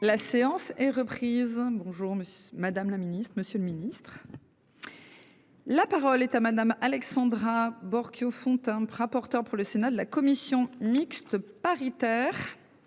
La séance est reprise. Bonjour. Madame la Ministre, Monsieur le Ministre. La parole est à madame Alexandra Borchio-Fontimp, rapporteur pour le Sénat de la commission mixte paritaire.